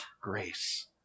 grace